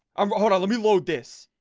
i'm hold on let me load this